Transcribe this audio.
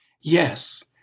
Yes